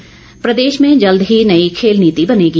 खेल नीति प्रदेश में जल्द ही नई खेल नीति बनेगी